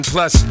Plus